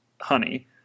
honey